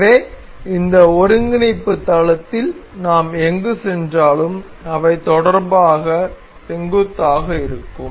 எனவே இந்த ஒருங்கிணைப்பு தளத்தில் நாம் எங்கு சென்றாலும் அவை தொடர்பாக செங்குத்தாக இருக்கும்